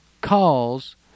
calls